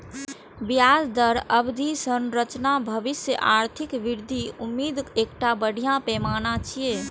ब्याज दरक अवधि संरचना भविष्यक आर्थिक वृद्धिक उम्मीदक एकटा बढ़िया पैमाना छियै